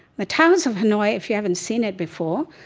the towers of hanoi, if you haven't seen it before,